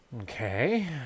Okay